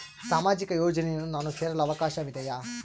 ಸಾಮಾಜಿಕ ಯೋಜನೆಯನ್ನು ನಾನು ಸೇರಲು ಅವಕಾಶವಿದೆಯಾ?